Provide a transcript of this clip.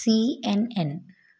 C N N